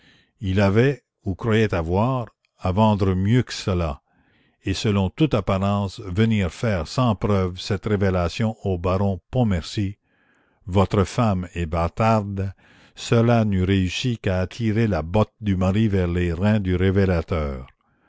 il avait ou croyait avoir à vendre mieux que cela et selon toute apparence venir faire sans preuve cette révélation au baron pontmercy votre femme est bâtarde cela n'eût réussi qu'à attirer la botte du mari vers les reins du révélateur